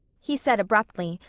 he said abruptly,